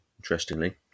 interestingly